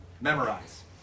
memorize